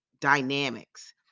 dynamics